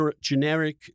generic